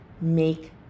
make